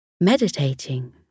meditating